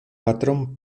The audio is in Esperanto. patron